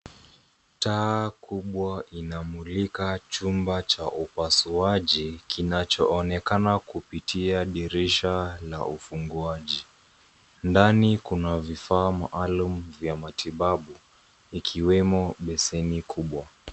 Taa kubwa inamulika chumba cha upasuaji, kinachoonekana kupitia dirisha la ufunguaji. Ndani kuna vifaa maalumu vya matibabu, ikiwemo besheni kubwa.